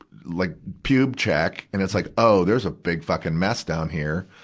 like pub check, and it's like, oh, there's a big fucking mess down here.